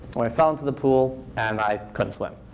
i fell into the pool and i couldn't swim.